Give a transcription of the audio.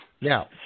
Now